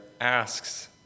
asks